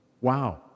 Wow